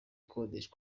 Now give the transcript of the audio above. akodesha